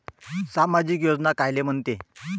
सामाजिक योजना कायले म्हंते?